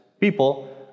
people